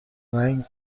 رنگ